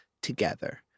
together